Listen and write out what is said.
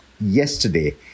yesterday